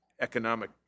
economic